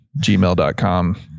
gmail.com